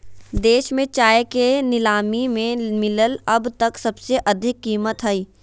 देश में चाय के नीलामी में मिलल अब तक सबसे अधिक कीमत हई